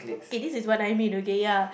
okay this is what I mean okay ya